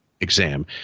exam